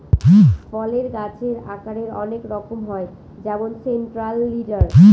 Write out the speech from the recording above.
ফলের গাছের আকারের অনেক রকম হয় যেমন সেন্ট্রাল লিডার